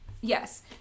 Yes